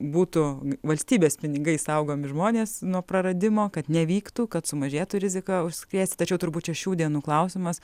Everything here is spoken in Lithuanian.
būtų valstybės pinigais saugomi žmonės nuo praradimo kad nevyktų kad sumažėtų rizika užsikrėsti tačiau turbūt čia šių dienų klausimas